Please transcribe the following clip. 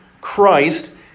Christ